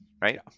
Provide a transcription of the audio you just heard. right